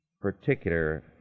particular